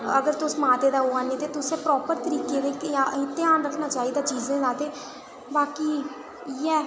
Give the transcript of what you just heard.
ते अगर तुस माता दे आवा ने ते तुसें प्रॉपर तरीकै कन्नै ध्यान होना चाहिदा चीज़ें दा ते बाकी इ'यै